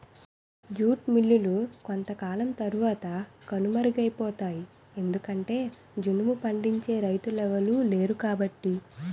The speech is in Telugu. జూట్ మిల్లులు కొంతకాలం తరవాత కనుమరుగైపోతాయి ఎందుకంటె జనుము పండించే రైతులెవలు లేరుకాబట్టి